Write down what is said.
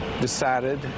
decided